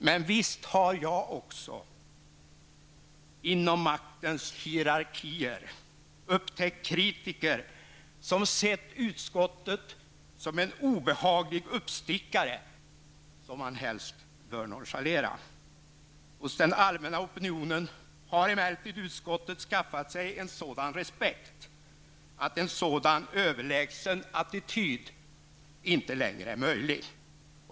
Men visst har också jag inom maktens hierarkier upptäkt kritiker som sett utskottet som en obehaglig uppstickare som man helst bör nonchalera. Hos den allmänna opinionen har emellertid utskottet skaffat sig en sådan respekt att en sådan överlägsen attityd inte längre är möjlig.